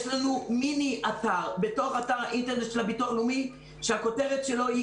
יש לנו מיני אתר בתוך אתר האינטרנט של הביטוח הלאומי שהכותרת שלו היא